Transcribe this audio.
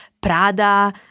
Prada